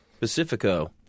Pacifico